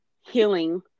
healing